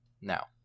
Now